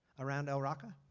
around el raqqa